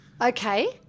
Okay